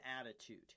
attitude